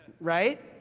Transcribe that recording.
right